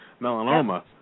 melanoma